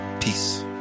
Peace